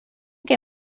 que